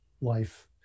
life